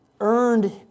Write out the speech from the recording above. earned